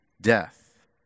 death